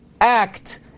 act